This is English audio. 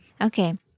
Okay